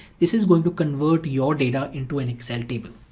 this is going to convert your data into an excel table.